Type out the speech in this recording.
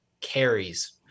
carries